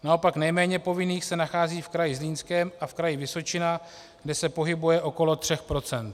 Naopak nejméně povinných se nachází v kraji Zlínském a v Kraji Vysočina, kde se pohybuje okolo 3 %.